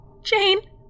Jane